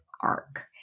arc